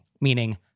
meaning